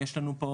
יש לנו פה